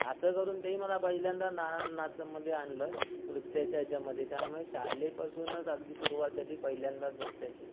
असं करून ते मला पहिल्यांदा ना नाचामध्ये आणलं नृत्याच्या याच्यामध्ये त्यामुळे शाळेपासूनच अगदी सुरुवात झाली पहिल्यांदा नृत्याची